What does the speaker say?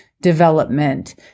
development